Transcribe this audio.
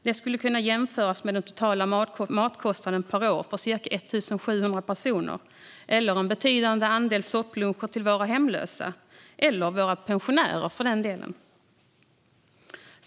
Detta skulle kunna jämföras med den totala matkostnaden per år för ca 1 700 personer eller med ett betydande antal soppluncher till våra hemlösa eller för den delen våra pensionärer.